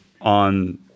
on